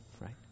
right